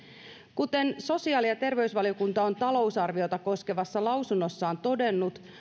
kuten sosiaali ja terveysvaliokunta on talousarviota koskevassa lausunnossaan todennut